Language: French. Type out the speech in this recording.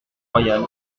royal